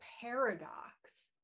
paradox